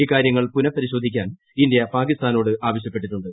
ഇക്കാര്യങ്ങൾ പുനഃപ്പരിശോധിക്കാൻ ഇന്ത്യ പാകിസ്ഥാനോട് ആവശ്യപ്പെട്ടിട്ടുണ്ട്